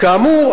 כאמור,